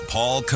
Paul